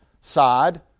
side